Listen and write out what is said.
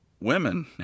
women